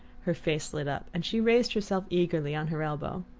her face lit up and she raised herself eagerly on her elbow.